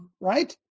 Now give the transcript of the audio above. right